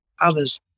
others